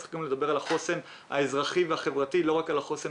צריך גם לדבר על החוסן האזרחי והחברתי ולא רק על החוסן